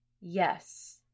yes